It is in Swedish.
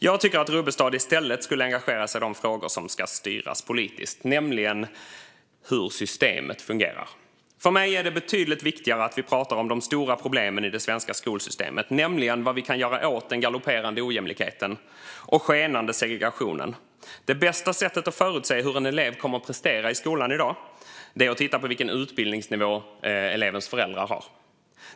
Jag tycker att Rubbestad i stället skulle engagera sig i de frågor som ska styras politiskt, nämligen hur systemet fungerar. För mig är det betydligt viktigare att vi pratar om de stora problemen i det svenska skolsystemet, nämligen vad vi kan göra åt den galopperande ojämlikheten och den skenande segregationen. I dag är det bästa sättet att förutse hur en elev kommer att prestera i skolan att titta på vilken utbildningsnivå elevens föräldrar har.